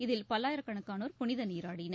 இதில் பல்லாயிரக்கணக்கானோர் புனித நீராடினர்